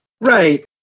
right